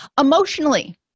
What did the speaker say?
Emotionally